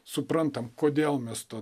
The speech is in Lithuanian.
suprantam kodėl mes to